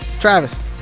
Travis